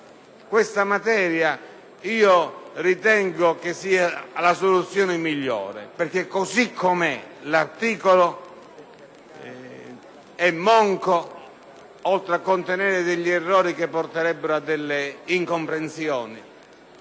questa materia ritengo che sia la soluzione migliore, perche´ cosı com’eformulato l’articolo e monco, oltre a contenere degli errori che porterebbero a delle incomprensioni,